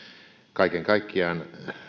kaiken kaikkiaan